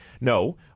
No